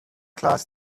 class